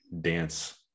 dance